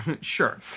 Sure